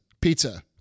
pizza